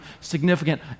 significant